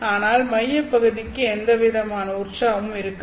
ஆனால் மையப் பகுதிக்கு எந்த விதமான உற்சாகமும் இருக்காது